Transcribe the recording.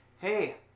hey